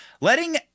letting